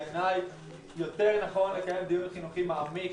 בעיני נכון יותר לקיים דיון חינוכי מעמיק